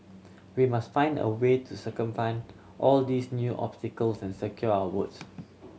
we must find a way to circumvent all these new obstacles and secure our votes